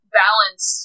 balance